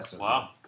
Wow